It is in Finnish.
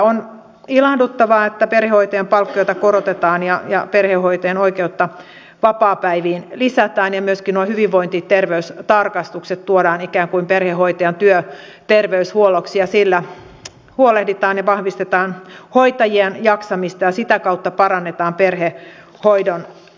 on ilahduttavaa että perhehoitajan palkkiota korotetaan ja perhehoitajan oikeutta vapaapäiviin lisätään ja myöskin hyvinvointiterveystarkastukset tuodaan ikään kuin perhehoitajan työterveyshuolloksi ja sillä huolehditaan ja vahvistetaan hoitajien jaksamista ja sitä kautta parannetaan perhehoidon laatua